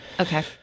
Okay